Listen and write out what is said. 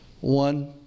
one